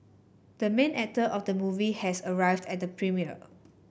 the main actor of the movie has arrived at the premiere